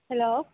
hello